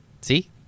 See